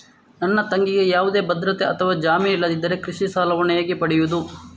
ನನ್ನ ತಂಗಿಗೆ ಯಾವುದೇ ಭದ್ರತೆ ಅಥವಾ ಜಾಮೀನು ಇಲ್ಲದಿದ್ದರೆ ಕೃಷಿ ಸಾಲವನ್ನು ಹೇಗೆ ಪಡೆಯುದು?